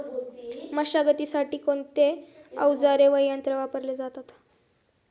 मशागतीसाठी कोणते अवजारे व यंत्र वापरले जातात?